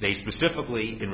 they specifically in